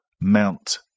Mount